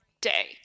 day